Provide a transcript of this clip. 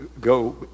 go